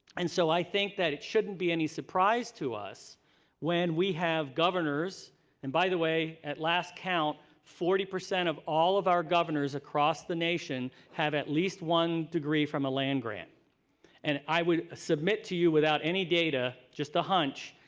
and so i think that it shouldn't any surprise to us when we have governors and by the way, at last count, forty percent of all of our governors across the nation have at least one degree from a land-grant. and i would submit you without any data, just a hunch,